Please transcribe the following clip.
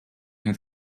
near